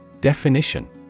Definition